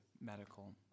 medical